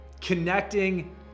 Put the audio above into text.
Connecting